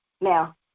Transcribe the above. Now